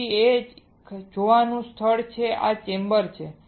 પછી એક જોવાનું સ્થળ છે આ ચેમ્બર છે